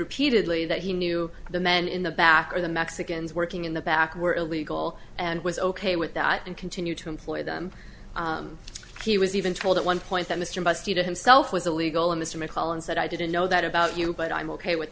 repeatedly that he knew the men in the back or the mexicans working in the back were illegal and was ok with that and continue to employ them he was even told at one point that mr busty to himself was illegal and mr mccollum said i didn't know that about you but i'm ok with